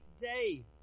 day